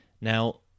Now